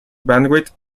bandwidth